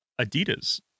Adidas